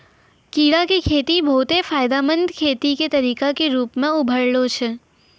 कीड़ा के खेती बहुते फायदामंद खेती के तरिका के रुपो मे उभरलो छै